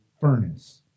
furnace